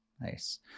nice